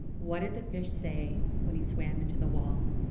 what did the fish say when he swam into the wall?